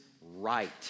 right